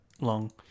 long